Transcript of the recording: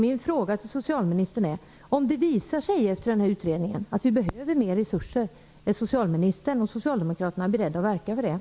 Min fråga till socialministern är: Om det efter utredningen visar sig att vi behöver mer resurser, är då socialministern och socialdemokraterna beredda att verka för detta?